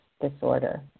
disorder